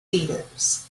theatres